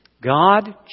God